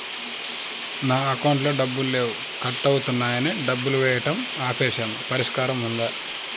నా అకౌంట్లో డబ్బులు లేవు కట్ అవుతున్నాయని డబ్బులు వేయటం ఆపేసాము పరిష్కారం ఉందా?